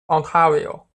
ontario